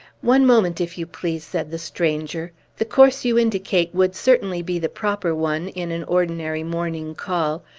one moment, if you please, said the stranger. the course you indicate would certainly be the proper one, in an ordinary morning call.